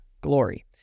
glory